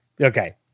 Okay